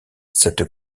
cette